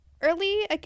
early